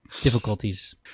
difficulties